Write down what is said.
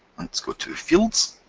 let's go to fields